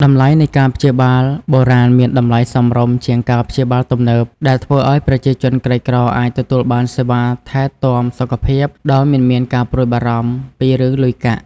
តម្លៃនៃការព្យាបាលបុរាណមានតម្លៃសមរម្យជាងការព្យាបាលទំនើប ដែលធ្វើឱ្យប្រជាជនក្រីក្រអាចទទួលបានសេវាថែទាំសុខភាពដោយមិនមានការព្រួយបារម្ភពីរឿងលុយកាក់។